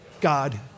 God